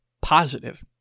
positive